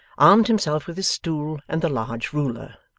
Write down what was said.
armed himself with his stool and the large ruler,